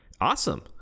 Awesome